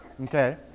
Okay